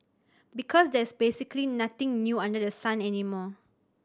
because there's basically nothing new under the sun anymore